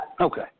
Okay